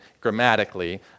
grammatically